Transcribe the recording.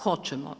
Hoćemo.